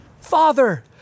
father